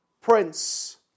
prince